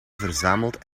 verzamelt